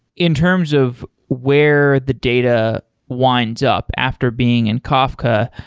in terms of where the data winds up after being in kafka,